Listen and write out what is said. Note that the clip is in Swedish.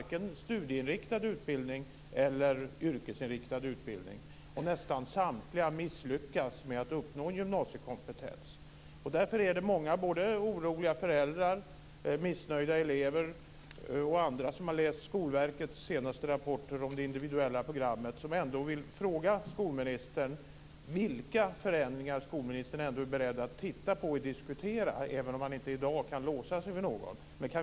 Nästan samtliga misslyckas med att uppnå gymnasiekompetens. Därför är det många oroliga föräldrar, missnöjda elever och andra som har läst Skolverkets senaste rapporter om det individuella programmet som liksom jag vill fråga skolministern: Vilka förändringar är skolministern beredd att titta på och diskutera, även om man inte i dag kan låsa sig för någon?